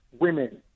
women